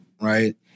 right